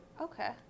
Okay